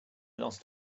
lost